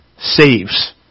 saves